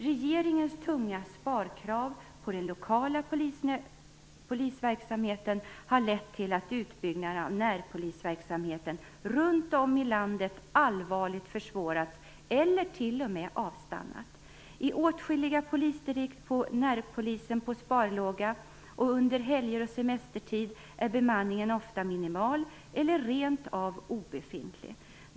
Regeringens tunga sparkrav på den lokala polisverksamheten, har lett till att utbyggandet av närpolisverksamheten runt om i landet allvarligt försvårats eller t.o.m. avstannat. I åtskilliga polisdistrikt går närpolisen på sparlåga, och under helger och semestertid är bemanningen ofta minimal eller rent av obefintlig.